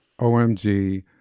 OMG